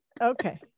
Okay